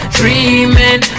dreaming